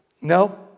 no